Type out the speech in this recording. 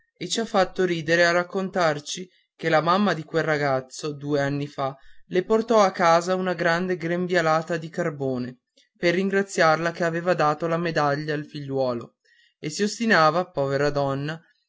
e ci ha fatto ridere a raccontarci che la mamma di quel ragazzo due anni fa le portò a casa una grande grembialata di carbone per ringraziarla che aveva dato la medaglia al figliuolo e s'ostinava povera donna